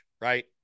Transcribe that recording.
right